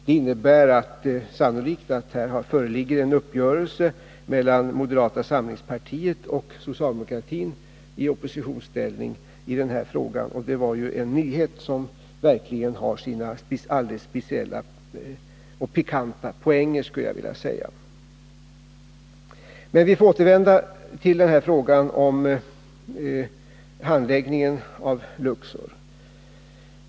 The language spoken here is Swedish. Det innebär sannolikt att det föreligger en uppgörelse mellan moderata samlingspartiet och socialdemokratin i oppositionsställning i denna fråga, och det var ju en nyhet som verkligen har sina alldeles speciella och pikanta poänger, skulle jag vilja säga. Men vi får återkomma till frågan om handläggningen av Luxor.